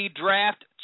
Draft